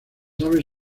aves